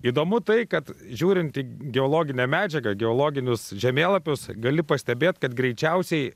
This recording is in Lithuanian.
įdomu tai kad žiūrint į geologinę medžiagą geologinius žemėlapius gali pastebėt kad greičiausiai